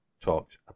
talked